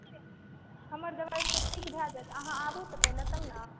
हमर दबाय सॅं ठीक भय जायत अहाँ आबू तऽ पहिले तब ने